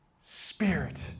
Spirit